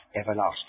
everlasting